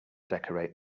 decorate